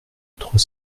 trois